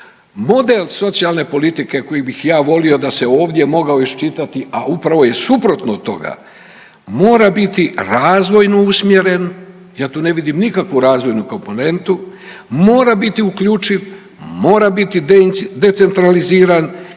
model socijalne politike koji bih ja volio da se ovdje mogao iščitati, a upravo je suprotno od toga. Mora biti razvojno usmjeren, ja tu ne vidim nikakvu razvojnu komponentu, mora biti uključiv, mora biti decentraliziran i mora biti